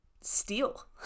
steal